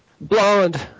blonde